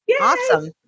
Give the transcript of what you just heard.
Awesome